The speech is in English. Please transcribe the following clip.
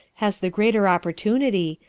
has the greater opportunity,